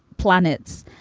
planets.